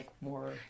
more